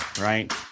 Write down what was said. right